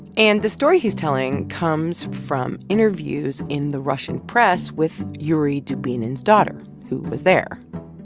and the story he's telling comes from interviews in the russian press with yuri dubinin's daughter, who was there.